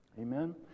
Amen